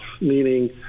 meaning